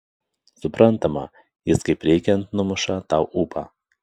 suprantama jis kaip reikiant numuša tau ūpą